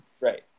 right